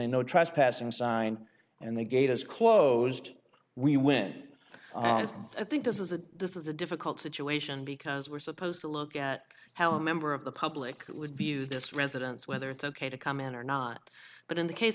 a no trespassing sign and the gate is closed we went and i think this is a this is a difficult situation because we're supposed to look at how a member of the public would view this residence whether it's ok to come in or not but in the case